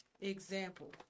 example